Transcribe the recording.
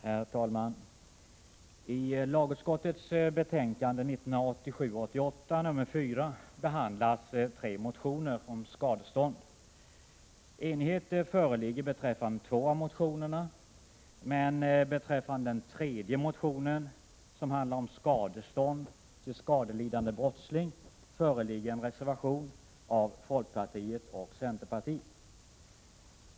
Herr talman! I lagutskottets betänkande 1987/88:4 behandlas tre motioner om skadestånd. Enighet föreligger beträffande två av motionerna, men beträffande den tredje motionen, som handlar om skadestånd till skadelidande brottsling, föreligger en reservation av folkpartiet och centerpartiet.